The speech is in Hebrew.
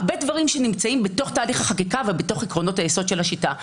הרבה דברים שנמצאים בתוך תהליך החקיקה ובתוך עקרונות היסוד של השיטה.